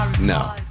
No